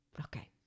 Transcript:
Okay